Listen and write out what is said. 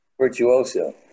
virtuoso